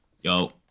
yo